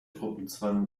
gruppenzwang